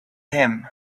him